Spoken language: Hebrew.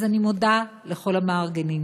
אז אני מודה לכל המארגנים.